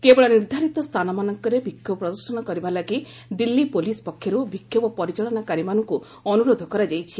କେବଳ ନିର୍ଦ୍ଧାରିତ ସ୍ଥାନମାନଙ୍କରେ ବିକ୍ଷୋଭ ପ୍ରଦର୍ଶନ କରିବା ଲାଗି ଦିଲ୍ଲୀ ପୁଲିସ୍ ପକ୍ଷରୁ ବିକ୍ଷୋଭକାରୀମାନଙ୍କୁ ଅନୁରୋଧ କରାଯାଇଛି